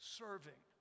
serving